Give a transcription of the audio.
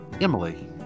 Emily